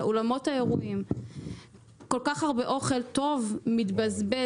באולמות האירועים כל כך הרבה אוכל טוב מתבזבז,